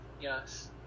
Yes